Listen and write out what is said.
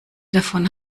davon